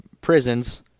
prisons